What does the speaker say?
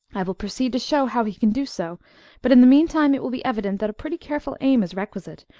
i will proceed to show how he can do so but in the mean time it will be evident that a pretty careful aim is requisite,